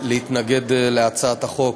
להתנגד להצעת החוק.